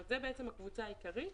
זאת בעצם הקבוצה העיקרית,